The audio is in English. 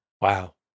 Wow